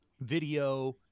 video